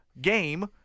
game